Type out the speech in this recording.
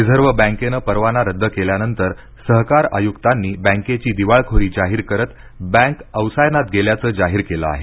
reserve बॅकेनं परवाना रद्द केल्यानंतर सहकार आय्क्तांनी बॅकेची दिवाळखोरी जाहीर करत बॅक अवसायनात गेल्याचे जाहीर केलं आहे